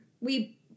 we-